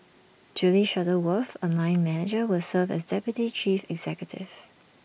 Julie Shuttleworth A mine manager will serve as deputy chief executive